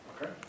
Okay